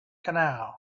canal